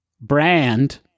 brand